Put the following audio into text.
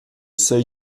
seuil